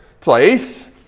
place